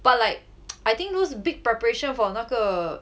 but like I think those big preparation for 那个